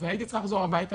והייתי צריכה לחזור הביתה.